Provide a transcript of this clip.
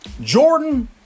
Jordan